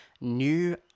new